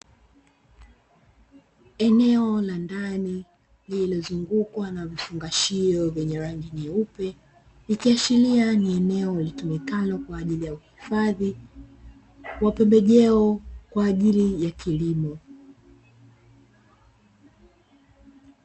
Eneo la ndani lililozungukwa na vifungashio vyenye rangi nyeupe, vikiashiria ni eneo litumikalo kwaajili ya uhifadhi wa pembejeo kwaajili ya kilimo.